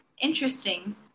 interesting